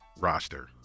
roster